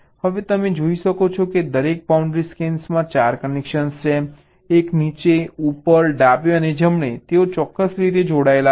હવે તમે જોઈ શકો છો કે દરેક બાઉન્ડ્રી સ્કેન સેલમાં 4 કનેક્શન છે એક નીચે ઉપર ડાબે અને જમણેથી તેઓ ચોક્કસ રીતે જોડાયેલા છે